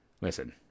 listen